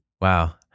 Wow